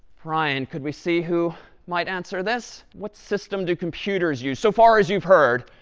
brian, could we see who might answer this? what system do computers use, so far as you've heard,